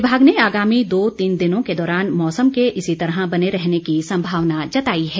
विभाग ने आगामी दो तीन दिनों के दौरान मौसम के इसी तरह बने रहने की संभावना जताई है